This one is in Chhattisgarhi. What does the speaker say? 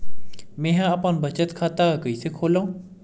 मेंहा अपन बचत खाता कइसे खोलव?